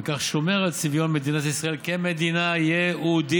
ובכך שומר על צביון מדינת ישראל כמדינה יהודית.